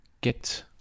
get